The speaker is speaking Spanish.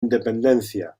independencia